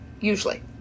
usually